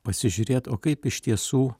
pasižiūrėt o kaip iš tiesų